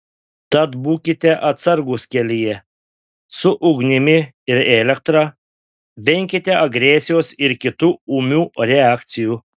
tad būkite atsargūs kelyje su ugnimi ir elektra venkite agresijos ir kitų ūmių reakcijų